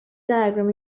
diagram